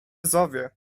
zowie